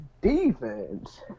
defense